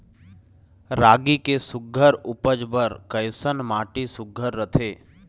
रागी के सुघ्घर उपज बर कैसन माटी सुघ्घर रथे?